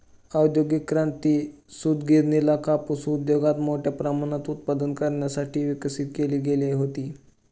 औद्योगिक क्रांती, सूतगिरणीला कापूस उद्योगात मोठ्या प्रमाणात उत्पादन करण्यासाठी विकसित केली गेली होती